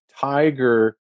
Tiger